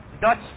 Dutch